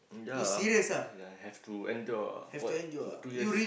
ya ya have to endure what two years